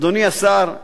אדוני השר,